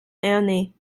ernée